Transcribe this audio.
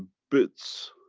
bits